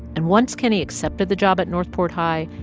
and once kenney accepted the job at north port high,